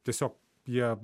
tiesiog jie